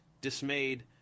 dismayed